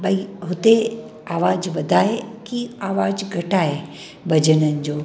भई हुते आवाज़ वधाए की अवाज घटाए भजननि जो